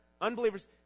unbelievers